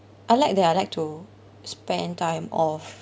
I like that I'd like to spend time off